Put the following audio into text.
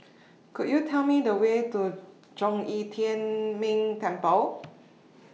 Could YOU Tell Me The Way to Zhong Yi Tian Ming Temple